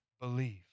believe